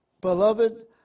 Beloved